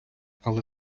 але